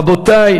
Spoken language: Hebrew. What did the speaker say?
רבותי,